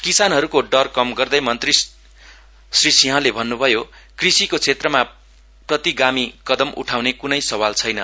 किसानहरुको डर कम गर्दै मन्त्रीले श्री सिंह भन्नुभयोकृषिको क्षेत्रमा प्रतिगामी कदम उठाउन् कुनै सवाल छैन